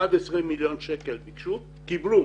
11 מיליון שקל ביקשו, קיבלו